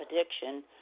addiction